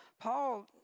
Paul